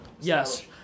Yes